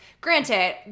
granted